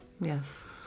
Yes